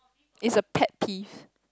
is a pet peeve